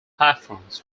platforms